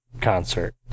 Concert